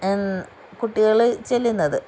കുട്ടികൾ ചെല്ലുന്നത്